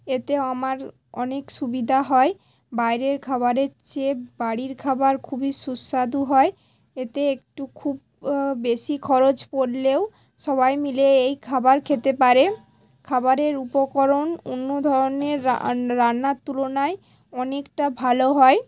এতে আমার অনেক সুবিধা হয় বাইরের খাবারের চেয়ে বাড়ির খাবার খুবই সুস্বাদু হয় এতে একটুকু বেশি খরচ পড়লেও সবাই মিলে এই খাবার খেতে পারে খাবারের উপকরণ অন্য ধরনের রান্নার তুলনায় অনেকটা ভালো হয়